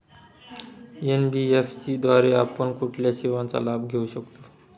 NBFC द्वारे आपण कुठल्या सेवांचा लाभ घेऊ शकतो?